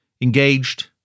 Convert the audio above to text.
engaged